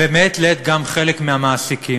ומעת לעת גם חלק מהמעסיקים,